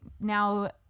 now